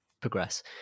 progress